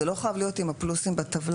זה לא חייב להיות עם הפלוסים בטבלה.